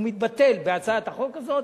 הוא מתבטל בהצעת החוק הזאת,